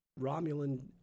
Romulan